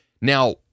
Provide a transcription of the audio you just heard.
Now